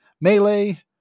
melee